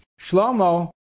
Shlomo